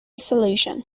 solution